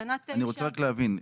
אני רוצה להבין.